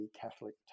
catholic